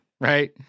right